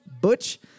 Butch